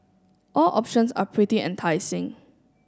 all options are pretty enticing